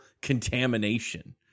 contamination